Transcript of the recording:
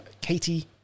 Katie